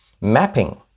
mapping